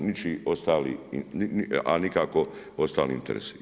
Ničiji ostali, a nikako ostali interesi.